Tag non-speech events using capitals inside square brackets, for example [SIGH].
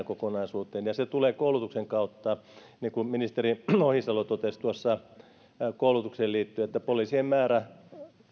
[UNINTELLIGIBLE] kokonaisuuteen ja se tulee koulutuksen kautta niin kuin ministeri ohisalo totesi tuossa koulutukseen liittyen poliisien määrä